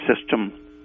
system